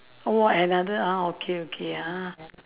orh another ah okay okay ah